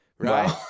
Right